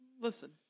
listen